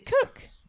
cook